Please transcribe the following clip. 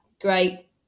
great